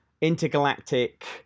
intergalactic